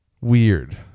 weird